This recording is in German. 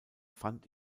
fand